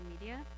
media